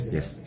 Yes